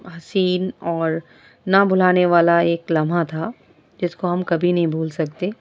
حسین اور نہ بھلانے والا ایک لمحہ تھا جس کو ہم کبھی نہیں بھول سکتے